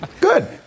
Good